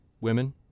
women